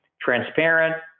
transparent